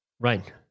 Right